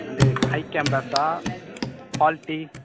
అంటే హై కెమేరాసా క్వాలిటీ